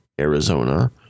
Arizona